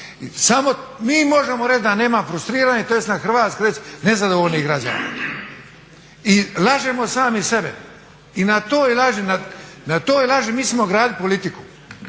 samo mi možemo reći da nema frustriranih tj. na hrvatski reći nezadovoljnih građana. I lažemo sami sebe i na toj laži, na toj laži